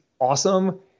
awesome